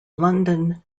london